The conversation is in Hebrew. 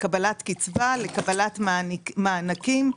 לקבלת קצבה, לקבלת מענקים,